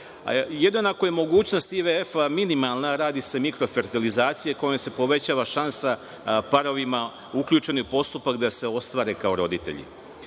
Jedino ako je mogućnost IVF minimalna radi se mikrofertilizacija kojom se povećava šansa parovima uključenim u postupak da se ostvare kao roditelji. Što